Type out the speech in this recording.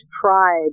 pride